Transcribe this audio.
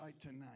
tonight